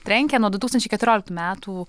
trenkė nuo du tūkstančiai keturioliktų metų